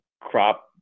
crop